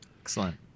Excellent